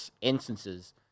instances